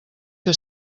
que